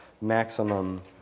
maximum